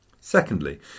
Secondly